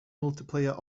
multiplayer